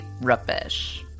rubbish